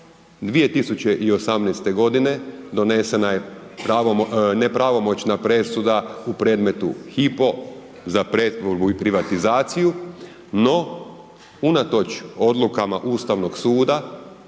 2018. g. donesena je nepravomoćna presuda u predmetu Hypo za pretvorbu i privatizaciju no unatoč odlukama Ustavnog suda,